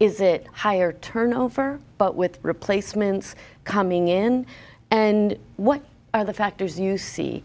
is it higher turnover but with replacement coming in and what are the factors you